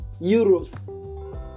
euros